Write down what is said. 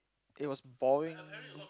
it was boring